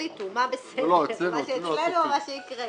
תחליטו מה בסדר, מה שאצלנו או מה שהקראת?